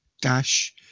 dash